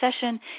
session